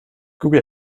google